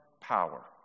power